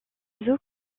oiseaux